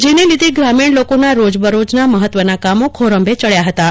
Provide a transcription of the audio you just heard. જેને લીધે ગરમીન લોકોના રોજબરોજના મહત્વના કામો ખોરંભે ચડ્યા હતાં